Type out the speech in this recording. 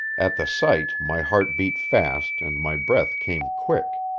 at the sight my heart beat fast and my breath came quick.